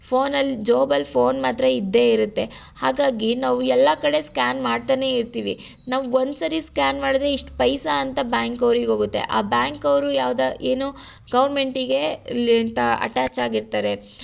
ಫೋನಲ್ಲಿ ಜೇಬಲ್ಲಿ ಫೋನ್ ಮಾತ್ರ ಇದ್ದೇ ಇರುತ್ತೆ ಹಾಗಾಗಿ ನಾವು ಎಲ್ಲ ಕಡೆ ಸ್ಕ್ಯಾನ್ ಮಾಡ್ತಾನೇ ಇರ್ತೀವಿ ನಾವು ಒಂದು ಸರಿ ಸ್ಕ್ಯಾನ್ ಮಾಡಿದ್ರೆ ಇಷ್ಟು ಪೈಸಾ ಅಂತ ಬ್ಯಾಂಕ್ ಅವ್ರಿಗೆ ಹೋಗುತ್ತೆ ಆ ಬ್ಯಾಂಕ್ ಅವರು ಯಾವ್ದೋ ಏನೋ ಗೌರ್ಮೆಂಟಿಗೇ ಅಂತ ಅಟ್ಯಾಚ್ ಆಗಿರ್ತಾರೆ